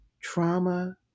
trauma